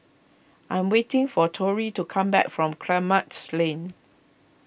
I am waiting for Torey to come back from Kramat Lane